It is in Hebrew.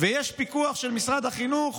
ויש פיקוח של משרד החינוך,